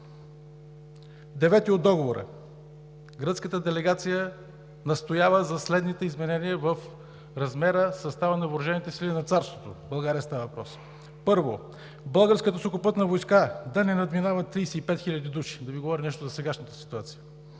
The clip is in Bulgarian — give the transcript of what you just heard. чл. 9 от Договора: „Гръцката делегация настоява за следните изменения в размера, състава на въоръжените сили на царството – за България става въпрос: Първо, Българската сухопътна войска да не надминава 35 хиляди души – да Ви говори нещо за сегашната ситуация?!